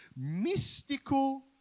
mystical